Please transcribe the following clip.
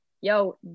yo